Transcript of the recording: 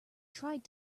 tried